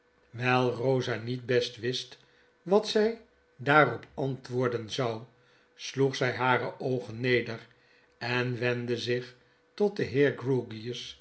wyl rosa niet best wist wat zij daarop antwoorden zou sloeg zy hare oogen neder en wendde zich tot den heer